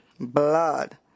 blood